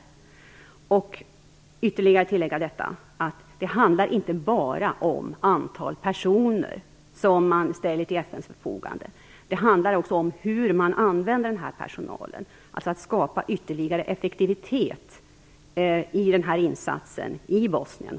Jag vill ytterligare tillägga att det inte bara handlar om det antal personer som man ställer till FN:s förfogande. Det handlar också om hur man använder den här personalen. Det handlar alltså om att skapa ytterligare effektivitet i den här insatsen i Bosnien.